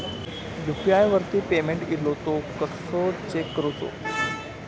UPI वरती payment इलो तो कसो चेक करुचो?